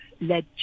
led